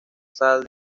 sal